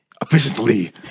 Efficiently